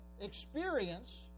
experience